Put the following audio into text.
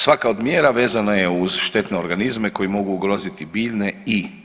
Svaka od mjera vezana je uz štetne organizme koji mogu ugroziti biljne i/